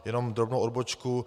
Jenom drobnou odbočku.